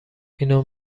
اینو